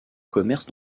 commerce